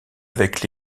avec